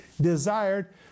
desired